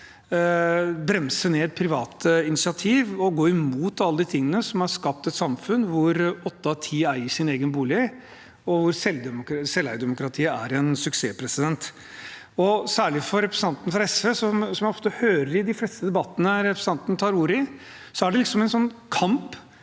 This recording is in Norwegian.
bremse ned private initiativ og gå imot alle de tingene som har skapt et samfunn hvor åtte av ti eier sin egen bolig, og hvor selveierdemokratiet er en suksess. Særlig for representanten fra SV – og dette er noe jeg ofte hører i de fleste debattene representanten tar ordet i – er det en slags kamp